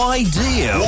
idea